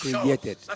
created